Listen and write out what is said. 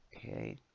Okay